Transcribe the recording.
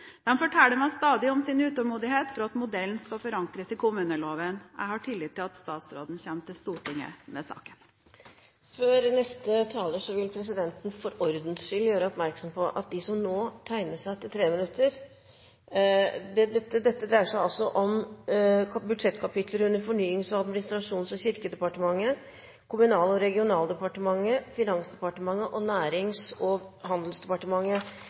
forteller meg stadig om sin utålmodighet for at modellen skal forankres i kommuneloven. Jeg har tillit til at statsråden kommer til Stortinget med saken. Før neste taler vil presidenten for ordens skyld gjøre oppmerksom på at de som nå tegner seg til 3 minutter, tegner seg til debatten om budsjettkapitler under Fornyings-, administrasjons- og kirkedepartementet, Kommunal- og regionaldepartementet, Finansdepartementet og Nærings- og handelsdepartementet.